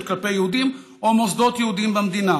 כלפי יהודים או מוסדות יהודיים במדינה,